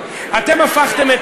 ממש כן.